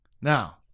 Now